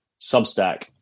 Substack